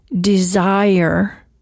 desire